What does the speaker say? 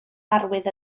arwydd